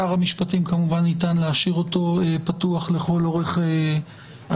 כמובן שניתן להשאיר את שר המשפטים פתוח לכל אורך הדיון,